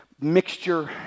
mixture